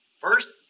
First